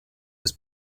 was